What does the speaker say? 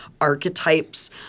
archetypes